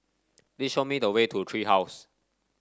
please show me the way to Tree House